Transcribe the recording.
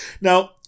now